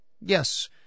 Yes